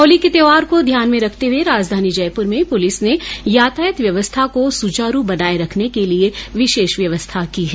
होली के त्योहार को ध्यान में रखते हुए राजधानी जयपुर में प्रलिस ने यातायात व्यवस्था को सुचारू बनाए रखने के लिए विशेष व्यवस्था की है